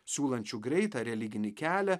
siūlančių greitą religinį kelią